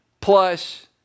plus